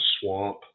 swamp